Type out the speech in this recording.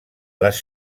les